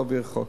לא להעביר חוק.